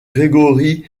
gregory